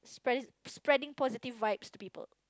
spread~ spreading positive vibes to people